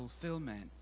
fulfillment